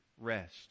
rest